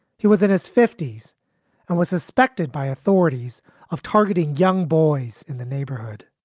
he was in his fifty s and was suspected by authorities of targeting young boys in the neighborhood.